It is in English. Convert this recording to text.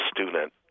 student